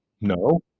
No